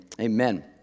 amen